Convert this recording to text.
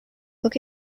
look